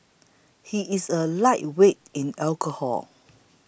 he is a lightweight in alcohol